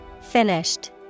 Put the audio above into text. finished